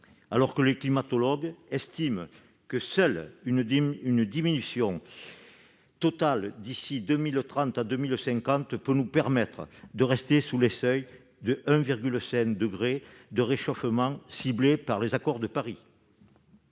leur côté, les climatologues estiment que seule une diminution totale, d'ici à 2030-2050, peut nous permettre de rester sous le seuil de 1,5 degré de réchauffement ciblé par les accords de Paris.